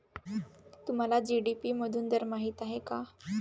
तुम्हाला जी.डी.पी मधून दर माहित आहे का?